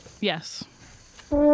Yes